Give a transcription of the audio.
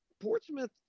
Portsmouth